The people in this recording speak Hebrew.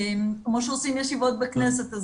כמו שעושים ישיבות בכנסת,